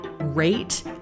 rate